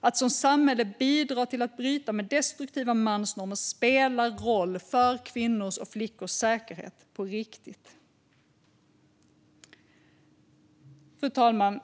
Att som samhälle bidra till att bryta med destruktiva mansnormer spelar roll för kvinnors och flickors säkerhet - på riktigt. Fru talman!